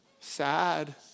Sad